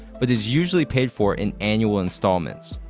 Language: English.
but is usually paid for in annual installments.